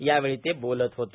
यावेळी ते बोलत होते